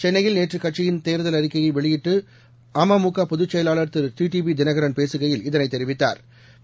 சென்னையில் நேற்றுகட்சியின் தேர்தல் அறிக்கையைவெளியிட்டு அ ம மு க பொதுச்செயலாளர் திரு டி டிவிதினகரன் பேசுகையில் இதனைதெரிவித்தாா்